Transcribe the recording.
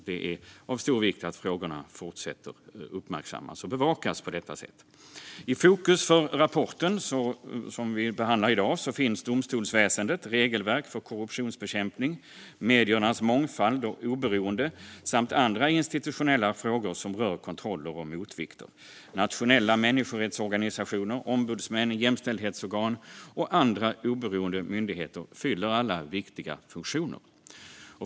Det är av stor vikt att frågorna fortsätter att uppmärksammas och bevakas på detta sätt. I fokus för rapporten som vi behandlar i dag finns domstolsväsendet, regelverk för korruptionsbekämpning, mediernas mångfald och oberoende samt andra institutionella frågor som rör kontroller och motvikter. Nationella människorättsorganisationer, ombudsmän, jämställdhetsorgan och andra oberoende myndigheter fyller viktiga funktioner.